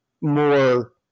more